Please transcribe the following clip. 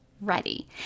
ready